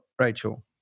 Rachel